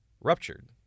ruptured